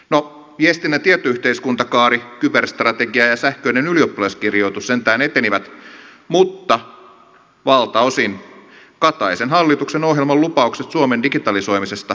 no viestinnän tietoyhteiskuntakaari kyberstrategia ja sähköinen ylioppilaskirjoitus sentään etenivät mutta valtaosin kataisen hallituksen ohjelman lupaukset suomen digitalisoimisesta jäivät toteutumatta